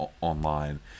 online